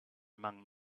among